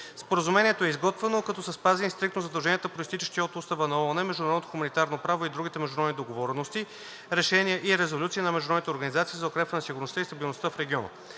Споразумението е изготвено, като са спазени стриктно задълженията, произтичащи от Устава на ООН, международното хуманитарно право и другите международни договорености, решения и резолюции на международните организации за укрепване на сигурността и стабилността в региона.